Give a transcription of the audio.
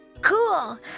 cool